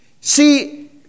See